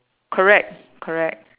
correct correct